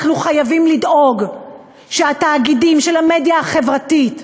אנחנו חייבים לדאוג שהתאגידים של המדיה החברתית,